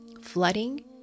flooding